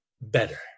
better